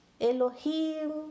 Elohim